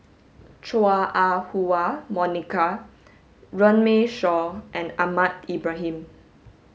Chua Ah Huwa Monica Runme Shaw and Ahmad Ibrahim